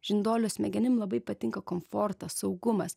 žinduolio smegenim labai patinka komfortas saugumas